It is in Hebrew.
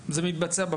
זה מתבצע בפועל?